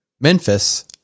Memphis